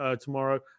tomorrow